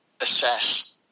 assess